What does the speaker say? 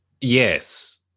Yes